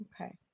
okay